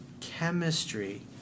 chemistry